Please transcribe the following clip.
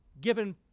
given